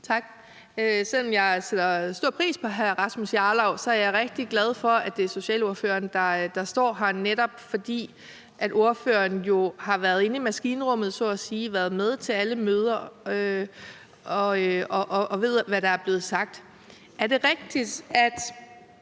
Tak. Selv om jeg sætter stor pris på hr. Rasmus Jarlov, er jeg rigtig glad for, at det er socialordføreren, der står her. Det er jeg, netop fordi ordføreren jo så at sige har været inde i maskinrummet og været med til alle møder og ved, hvad der er blevet sagt. Er det rigtigt, at